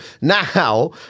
Now